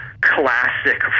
classic